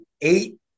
eight